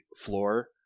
floor